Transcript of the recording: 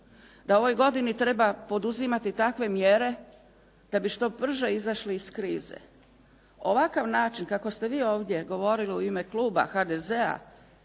u ovoj godini treba poduzimati takve mjere da bi što brže izašli iz krize. Ovakav način kako ste vi ovdje govorili u ime kluba HDZ-a